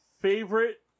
favorite